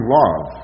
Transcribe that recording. love